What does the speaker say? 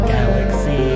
Galaxy